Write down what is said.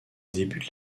débute